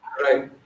right